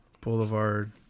Boulevard